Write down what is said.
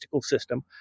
system